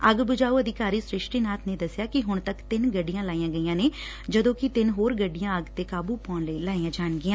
ਅੱਗ ਬੁਝਾਉ ਅਧਿਕਾਰੀ ਸਿਸ਼ਟੀ ਨਾਥ ਨੇ ਦੱਸਿਆ ਕਿ ਹੁਣ ਤੱਕ ਤਿੰਨ ਗੱਡੀਆਂ ਲਾਈਆ ਗਈਆਂ ਨੇ ਜਦੋ ਕਿ ਤਿੰਨ ਹੋਰ ਗੱਡੀਆਂ ਅੱਗ ਤੇ ਕਾਬੁ ਪਾਉਣ ਲਈ ਲਾਈਆਂ ਜਾਣਗੀਆਂ